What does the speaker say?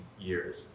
years